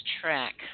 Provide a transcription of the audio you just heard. track